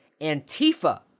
antifa